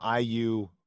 IU